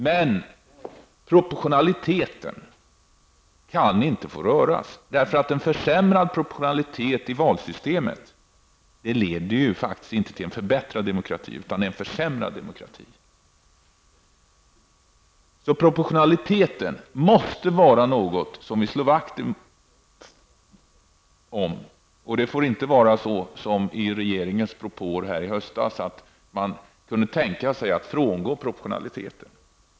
Men proportionaliteten kan inte få röras, därför att en försämrad proportionalitet i valsystemet leder faktiskt inte till en förbättrad demokrati utan till en försämrad demokrati. Så proportionaliteten måste vara något som vi slår vakt om. Det får inte vara som i regeringens propåer i höstas, att man kunde tänka sig att frångå proportionaliteten.